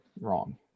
wrong